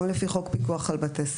גם לפי חוק הפיקוח על בתי ספר.